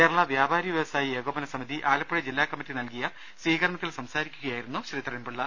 കേരള വ്യാപാരി വൃവസായി ഏകോ പന സമിതി ആലപ്പുഴ ജില്ലാ കമ്മിറ്റി നൽകിയ സ്വീകരണത്തിൽ സംസാരി ക്കുകയായിരുന്നു ശ്രീധരൻപിള്ള